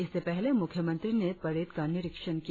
इससे पहले मुख्यमंत्री ने परेड का निरीक्षण किया